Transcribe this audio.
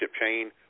chain